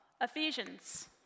Ephesians